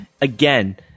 again